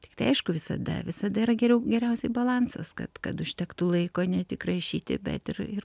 tiktai aišku visada visada yra geriau geriausiai balansas kad kad užtektų laiko ne tik rašyti bet ir ir